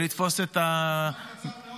--- עשתה מאוד